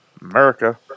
America